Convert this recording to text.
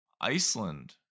Iceland